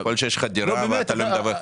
יכול להיות שיש לך דירה ואתה לא מדווח.